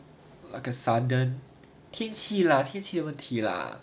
like a sudden 天气 lah 天气的问题 lah